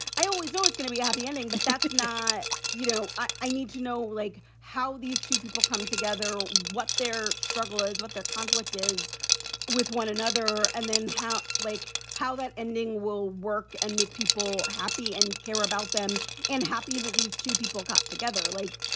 i always, always gonna be a happy ending. but that's not you know, i need to know, like, how these two people come together, what their struggle is, what their conflict is with one another, and then how like how that ending will work and make people happy and care about them and happy that these two people got together. like,